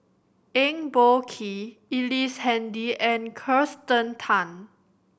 Eng Boh Kee Ellice Handy and Kirsten Tan